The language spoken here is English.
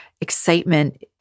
excitement